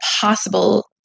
possible